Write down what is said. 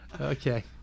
Okay